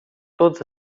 todas